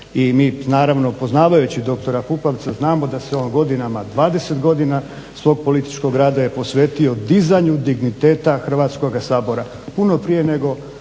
I mi naravno poznavajući doktora Pupovca znamo da se on godinama, 20 godina svog političkog rada je posvetio dizanju digniteta Hrvatskoga sabora, puno prije nego